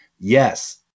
Yes